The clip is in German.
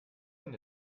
denn